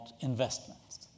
investments